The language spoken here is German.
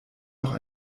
noch